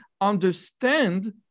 understand